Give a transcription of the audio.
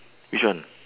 which one